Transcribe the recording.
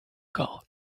gold